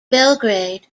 belgrade